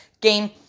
game